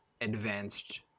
advanced